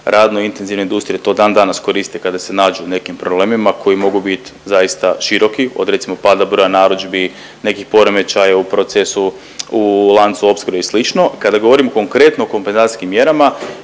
radno intenzivne industrije to dan danas koriste kada se nađu u nekim problemima koji mogu bit zaista široki, od recimo pada broja narudžbi, nekih poremećaja u procesu, u lancu opskrbe i sl.. Kada govorimo konkretno o kompenzacijskim mjerama